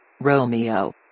Romeo